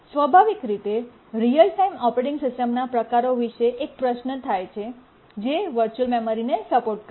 સ્વાભાવિક રીતે real time operating સિસ્ટમ્સના પ્રકારો વિશે એક પ્રશ્ન થાય છે જે વર્ચુઅલ મેમરીને સપોર્ટ કરે છે